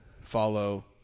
follow